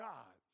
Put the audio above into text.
God